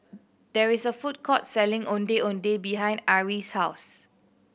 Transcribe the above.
there is a food court selling Ondeh Ondeh behind Ari's house